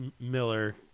Miller